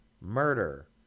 murder